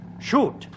shoot